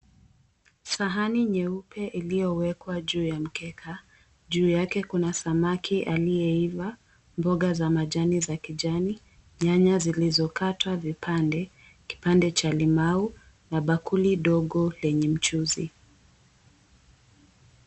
Sahani nyeupe iliyowekwa juu ya mkeka, juu yake kuna samaki aliyeivaa ,mboga za majani za kijani ,nyanya zilizokatwa vipande, kipande cha limau na bakuli dogo lenye mchuuzi.